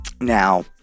now